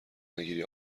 نگیری